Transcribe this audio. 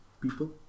people